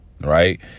right